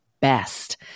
best